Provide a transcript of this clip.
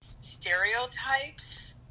stereotypes